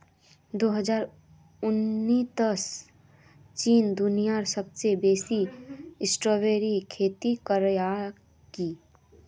दो हजार उन्नीसत चीन दुनियात सबसे बेसी स्ट्रॉबेरीर खेती करयालकी